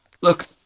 Look